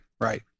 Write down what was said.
right